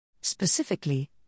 Specifically